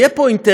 יהיה פה אינטרס